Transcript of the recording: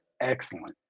excellent